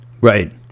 Right